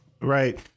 Right